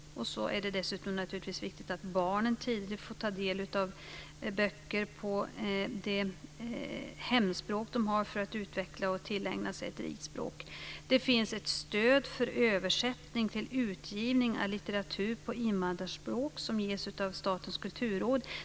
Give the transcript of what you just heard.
Dessutom är det naturligtvis viktigt att barnen tidigt får ta del av böcker på sitt hemspråk för att utveckla och tillägna sig ett rikt språk. Det finns ett stöd för översättning vid utgivning av litteratur på invandrarspråk som ges av Statens kulturråd.